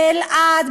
באלע"ד,